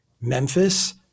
Memphis